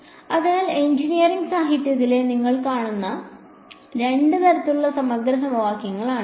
അതിനാൽ എഞ്ചിനീയറിംഗ് സാഹിത്യത്തിൽ നിങ്ങൾ കാണുന്ന രണ്ട് തരത്തിലുള്ള സമഗ്ര സമവാക്യങ്ങളാണിവ